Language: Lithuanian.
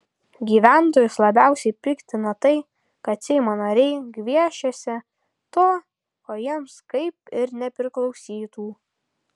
gyventojus labiausiai piktina tai kad seimo nariai gviešiasi to ko jiems kaip ir nepriklausytų